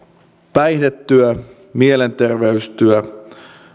päihdetyö ja mielenterveystyö